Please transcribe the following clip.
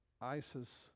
ISIS